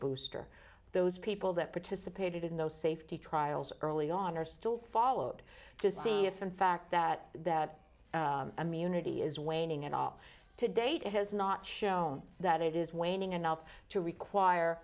booster those people that participated in those safety trials early on are still followed to see if in fact that that immunity is waning at all to date has not shown that it is waning enough to require